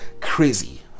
crazy